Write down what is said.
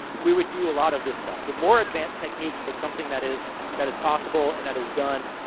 we would do a lot of this stuff. so, more advanced techniques. but something that is that is possible, and that is done